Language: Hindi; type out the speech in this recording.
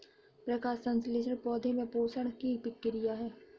प्रकाश संश्लेषण पौधे में पोषण की प्रक्रिया है